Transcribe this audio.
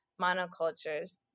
monocultures